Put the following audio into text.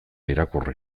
irakurri